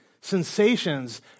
sensations